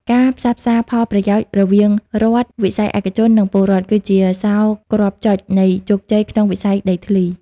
ការផ្សះផ្សាផលប្រយោជន៍រវាងរដ្ឋ វិស័យឯកជន និងពលរដ្ឋ គឺជាសោរគ្រាប់ចុចនៃជោគជ័យក្នុងវិស័យដីធ្លី។